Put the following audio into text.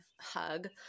hug